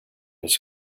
his